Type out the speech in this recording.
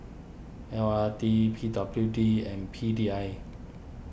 L R T P W D and P D I